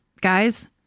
guys